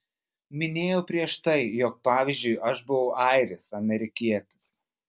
minėjau prieš tai jog pavyzdžiui aš buvau airis amerikietis